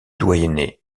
doyenné